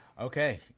Okay